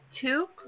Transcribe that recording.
two